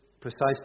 precisely